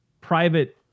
private